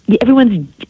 everyone's